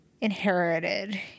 inherited